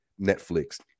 Netflix